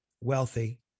wealthy